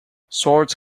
swords